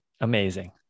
amazing